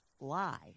lie